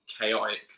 chaotic